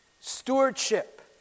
stewardship